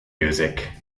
music